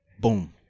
Boom